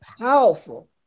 powerful